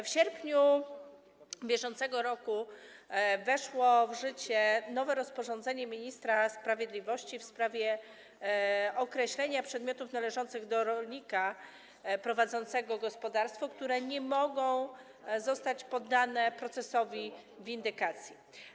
W sierpniu br. weszło w życie nowe rozporządzenie ministra sprawiedliwości w sprawie określenia przedmiotów należących do rolnika prowadzącego gospodarstwo, które nie mogą zostać poddane procesowi windykacji.